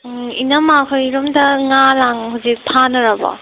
ꯎꯝ ꯏꯅꯝꯃ ꯍꯣꯏꯔꯣꯝꯗ ꯉꯥ ꯂꯥꯡ ꯍꯧꯖꯤꯛ ꯐꯥꯅꯔꯕꯣ